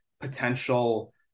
potential